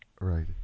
Right